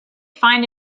find